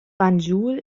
banjul